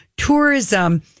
Tourism